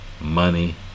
money